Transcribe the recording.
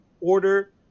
order